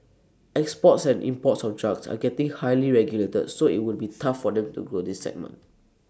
exports and imports of drugs are getting highly regulated so IT would be tough for them to grow this segment